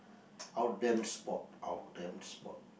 out them spot out them spot